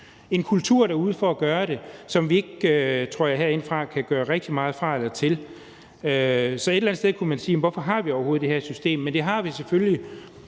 en kultur for at gøre det derude, som vi ikke, tror jeg, kan gøre rigtig meget fra eller til i forhold til herindefra. Så et eller andet sted kunne man sige: Jamen hvorfor har vi overhovedet det her system? Men det har vi selvfølgelig